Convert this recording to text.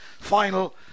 final